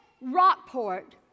Rockport